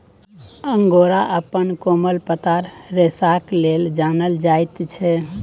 angora अपन कोमल पातर रेशाक लेल जानल जाइत छै